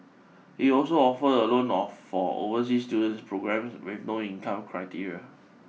it also offer a loan of for overseas student programmes with no income criteria